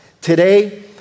Today